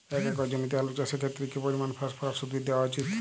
এক একর জমিতে আলু চাষের ক্ষেত্রে কি পরিমাণ ফসফরাস উদ্ভিদ দেওয়া উচিৎ?